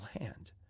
land